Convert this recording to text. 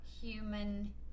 Human